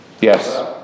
Yes